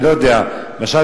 למשל,